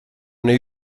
new